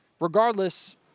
regardless